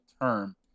term